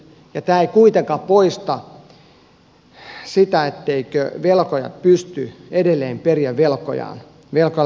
tämä ei kuitenkaan poista sitä etteikö velkoja pysty edelleen perimään velkojaan